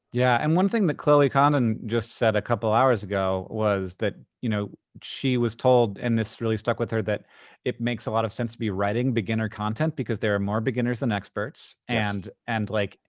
yeah, and one thing that chloe condon just said a couple hours ago was that you know she was told, and this really stuck with her, that it makes a lot of sense to be writing beginner content because there are more beginners than experts. yes. and and like,